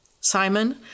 Simon